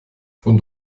von